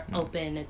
open